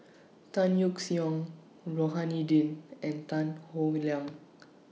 Tan Yeok Seong Rohani Din and Tan Howe Liang